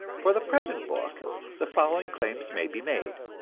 for the present book the following claims may be made.